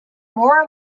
more